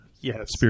Yes